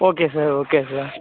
okay sir okay sir